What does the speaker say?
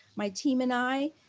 my team and i,